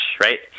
right